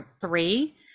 three